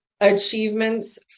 achievements